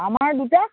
আমাৰ দুটা